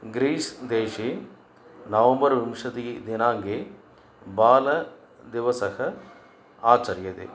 Greece देशे नवम्बर् विंशतिः दिनाङ्के बालदिवसः आचर्यते